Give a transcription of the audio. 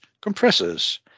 compressors